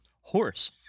Horse